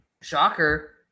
Shocker